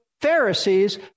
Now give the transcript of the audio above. Pharisees